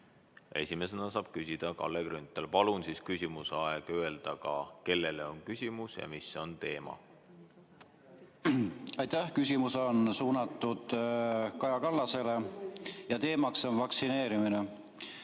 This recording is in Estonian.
Esimesena saab küsida Kalle Grünthal. Palun siis küsimuse esitamise ajal öelda ka, kellele on küsimus ja mis on teema. Aitäh! Küsimus on suunatud Kaja Kallasele ja teema on vaktsineerimine.